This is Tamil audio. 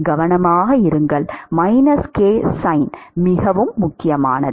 கவனமாக இருங்கள் -ksin மிகவும் முக்கியமானது